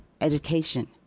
Education